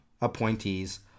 appointees